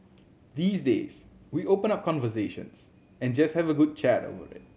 these days we open up conversations and just have a good chat over it